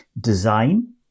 design